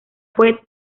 fue